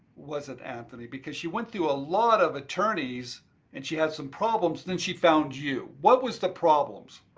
was it anthony? because she went through a lot of attorneys and she had some problems, and and she found you. what was the problems?